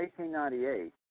1898